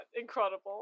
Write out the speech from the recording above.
Incredible